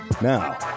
Now